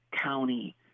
county